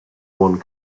one